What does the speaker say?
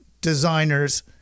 designers